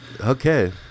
okay